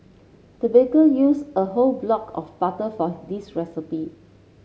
the baker used a whole block of butter for this recipe